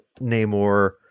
Namor